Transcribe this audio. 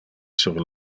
sur